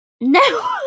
No